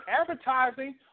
advertising